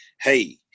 hey